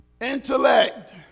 Intellect